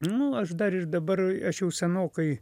nu aš dar ir dabar aš jau senokai